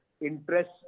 interest